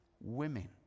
women